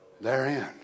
therein